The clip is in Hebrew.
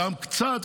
וגם קצת,